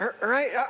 Right